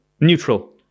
Neutral